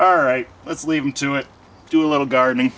all right let's leave into it do a little gardening